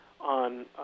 on